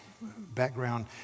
background